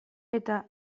eta